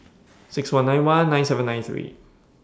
six one nine one nine seven nine three